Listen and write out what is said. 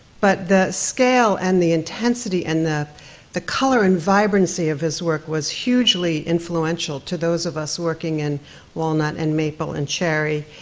but the scale and the intensity, and the the color and vibrancy of his work was hugely influential to those of us working in walnut and maple and cherry,